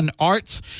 Arts